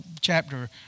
chapter